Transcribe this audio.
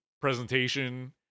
presentation